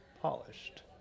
Polished